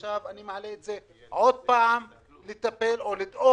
אני מעלה את זה שוב כדי לטפל או לדאוג